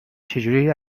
چجوری